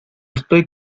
estoy